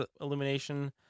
Illumination